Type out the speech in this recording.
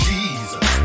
Jesus